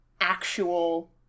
actual